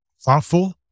thoughtful